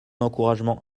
encouragement